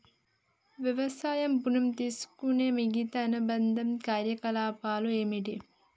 వ్యవసాయ ఋణం తీసుకునే మిగితా అనుబంధ కార్యకలాపాలు ఏమిటి?